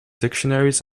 dictionaries